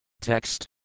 Text